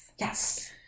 Yes